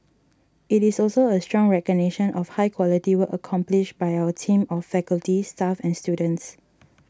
it is also a strong recognition of high quality work accomplished by our team of faculty staff and students